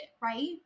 right